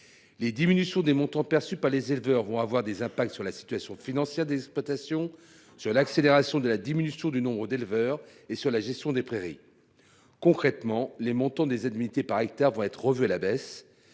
Les diminutions des montants perçus par les éleveurs auront des impacts sur la situation financière des exploitations, sur l'accélération de la diminution du nombre d'éleveurs et sur la gestion des prairies. Concrètement, les montants des indemnités par hectare vont être revus à la baisse.